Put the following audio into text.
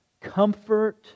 Comfort